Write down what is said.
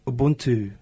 Ubuntu